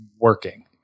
working